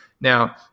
now